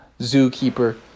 Zookeeper